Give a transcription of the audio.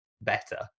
better